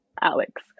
Alex